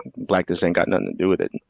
blackness ain't got nothing to do with it.